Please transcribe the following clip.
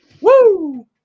Woo